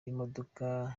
imodoka